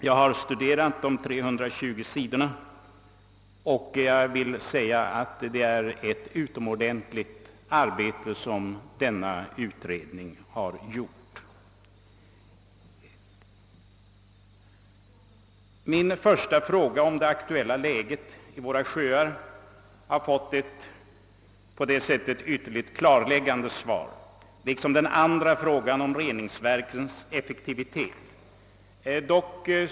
Jag har studerat de 320 sidorna och vill betyga att utred ningen har gjort ett utomordentligt gott arbete. Min första fråga, som rörde det aktuella läget i våra sjöar, har på det sättet fått ett ytterligt klarläggande svar liksom även min andra fråga rörande reningsverkens effektivitet.